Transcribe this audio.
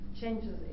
changes